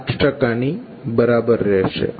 8 ની બરાબર રહેશે